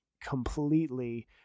completely